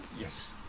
Yes